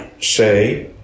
say